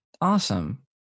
awesome